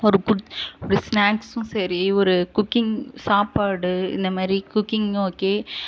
ஒரு குட்ஸ் ஒரு ஸ்நாக்சும் சரி ஒரு குக்கிங் சாப்பாடு இந்தமாரி குக்கிங்கும் ஓகே